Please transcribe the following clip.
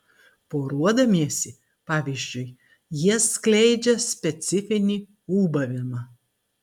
poruodamiesi pavyzdžiui jie skleidžia specifinį ūbavimą